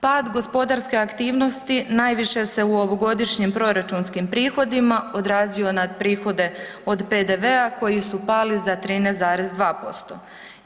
Pad gospodarske aktivnosti najviše se u ovogodišnjim proračunskim prihodima odrazio na prihode od PDV-a koji su pali za 13,2%